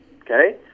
Okay